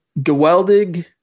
Geweldig